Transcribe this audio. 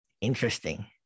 Interesting